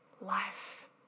life